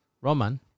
Roman